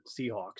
Seahawks